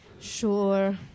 Sure